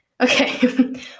Okay